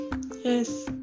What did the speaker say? Yes